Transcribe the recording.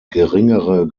geringere